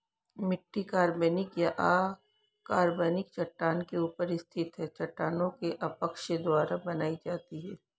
मिट्टी कार्बनिक या अकार्बनिक चट्टान के ऊपर स्थित है चट्टानों के अपक्षय द्वारा बनाई जाती है